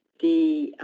the